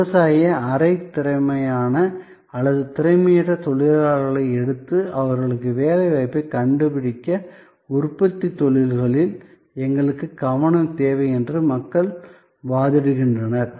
விவசாய அரை திறமையான அல்லது திறமையற்ற தொழிலாளர்களை எடுத்து அவர்களுக்கு வேலைவாய்ப்பைக் கண்டுபிடிக்க உற்பத்தித் தொழில்களில் எங்களுக்கு கவனம் தேவை என்று மக்கள் வாதிடுகின்றனர்